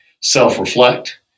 self-reflect